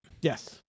Yes